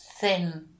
thin